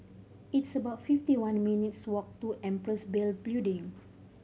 it's about fifty one minutes' walk to Empress Building